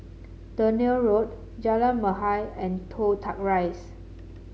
Dunearn Road Jalan Mahir and Toh Tuck Rise